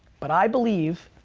but i believe,